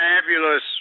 fabulous